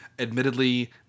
Admittedly